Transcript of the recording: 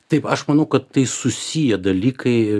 taip aš manau kad tai susiję dalykai